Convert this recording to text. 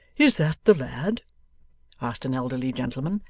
is that the lad asked an elderly gentleman,